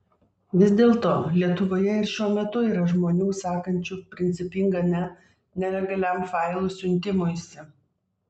vis dėlto lietuvoje ir šiuo metu yra žmonių sakančių principingą ne nelegaliam failų siuntimuisi